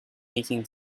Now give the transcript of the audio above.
nicking